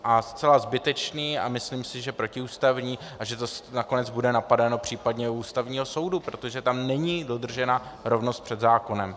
A zcela zbytečný a myslím si, že protiústavní a že to bude nakonec napadáno případně u Ústavního soudu, protože tam není dodržena rovnost před zákonem.